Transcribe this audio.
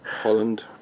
Holland